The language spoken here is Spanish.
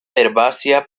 herbácea